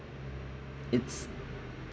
it's